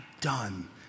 done